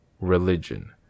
religion